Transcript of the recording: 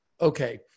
okay